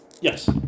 Yes